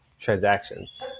transactions